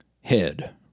head